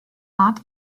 art